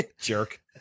Jerk